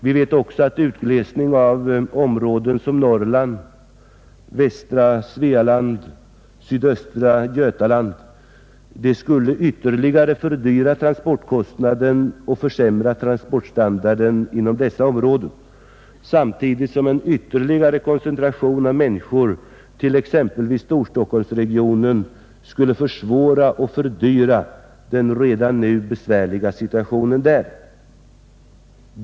Vi vet också att en utglesning av områden som Norrland, västra Svealand och sydöstra Götaland skulle ytterligare fördyra transporterna och försämra transportstandarden inom ifrågavarande områden samtidigt som en ytterligare koncentration av människor till exempelvis Storstockholmsregionen skulle försvåra den redan nu besvärliga situationen där.